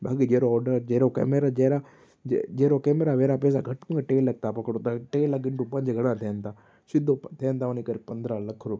बाकी जहिड़ो ऑडर जहिड़ो कैमरे जहिड़ा जहिड़ो कैमरा वेरा पैसा घटि में घटि टे लख तव्हां पकिड़ो त टे लख हिनि टू पंज घणा थियनि था सिधो थियनि था वञी करे पंद्रहं लख रुपयो